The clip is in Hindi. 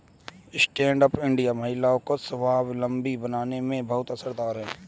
स्टैण्ड अप इंडिया महिलाओं को स्वावलम्बी बनाने में बहुत असरदार है